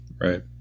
Right